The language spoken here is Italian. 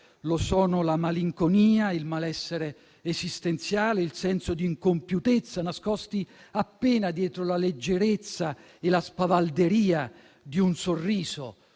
lo sono la malinconia, il malessere esistenziale, il senso di incompiutezza, nascosti appena dietro la leggerezza e la spavalderia di un sorriso.